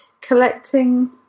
collecting